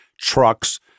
trucks